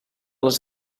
les